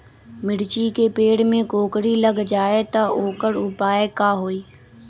मिर्ची के पेड़ में कोकरी लग जाये त वोकर उपाय का होई?